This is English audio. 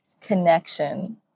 connection